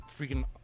freaking